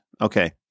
okay